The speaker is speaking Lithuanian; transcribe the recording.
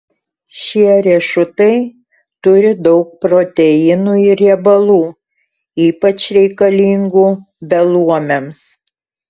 šie riešutai turi daug proteinų ir riebalų ypač reikalingų beluomiams